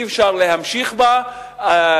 אי-אפשר להמשיך בה.